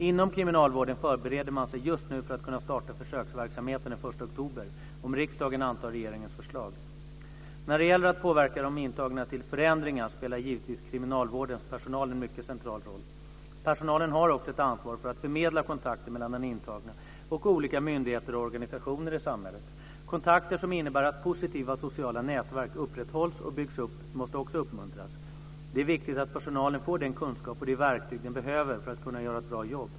Inom kriminalvården förbereder man sig just nu för att kunna starta försöksverksamheten den 1 oktober - om riksdagen antar regeringens förslag. När det gäller att påverka de intagna till förändringar spelar givetvis kriminalvårdens personal en mycket central roll. Personalen har också ett ansvar för att förmedla kontakter mellan den intagne och olika myndigheter och organisationer i samhället. Kontakter som innebär att positiva sociala nätverk upprätthålls och byggs upp måste också uppmuntras. Det är viktigt att personalen får den kunskap och de verktyg den behöver för att kunna göra ett bra jobb.